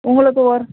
உங்களுக்கு ஒரு